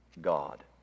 God